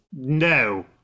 No